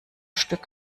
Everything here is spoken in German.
stück